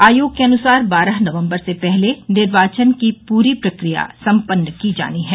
आयोग के अनुसार बारह नवम्बर से पहले निर्वाचन की पूरी प्रक्रिया सम्पन्न की जानी है